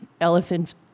Elephant